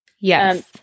Yes